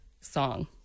song